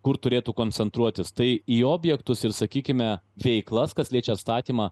kur turėtų koncentruotis tai į objektus ir sakykime veiklas kas liečia atstatymą